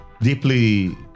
deeply